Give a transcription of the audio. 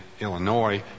Illinois